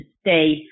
stay